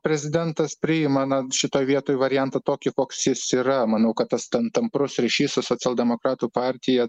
prezidentas priima na šitoj vietoj variantą tokį koks jis yra manau kad tas tam tamprus ryšys su socialdemokratų partija